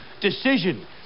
Decision